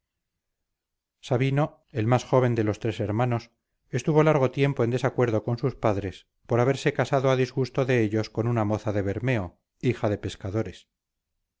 sabino el más joven de los tres hermanos estuvo largo tiempo en desacuerdo con sus padres por haberse casado a disgusto de ellos con una moza de bermeo hija de pescadores